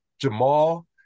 Jamal